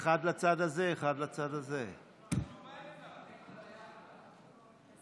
הצעת חוק פיקוח על מחירי